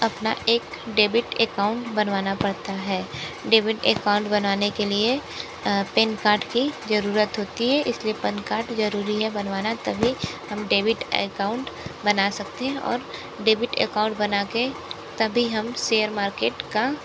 अपना एक debit account बनवाना पड़ता है डेबिट एकाउंट बनवाने के लिए पैन कार्ड की ज़रूरत होती है इस लिए पैन कार्ड ज़रूरी है बनवाना तभी हम डेबिट एकाउंट बना सकते हैं और डेबिट एकाउंट बना के तभी हम सेयर मार्केट का